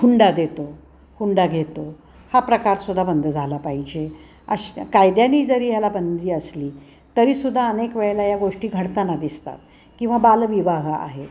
हुंडा देतो हुंडा घेतो हा प्रकार सुद्धा बंद झाला पाहिजे अशा कायद्याने जरी ह्याला बंदी असली तरी सुद्धा अनेक वेळेला या गोष्टी घडताना दिसतात किंवा बालविवाह आहेत